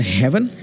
heaven